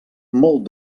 molt